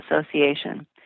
Association